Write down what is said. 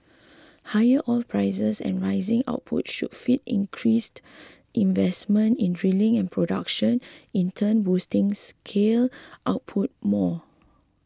higher oil prices and rising output should feed increased investment in drilling and production in turn boosting shale output more